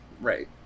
Right